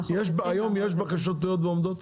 אבל שיהיה כתוב, היום יש בקשות תלויות ועומדות?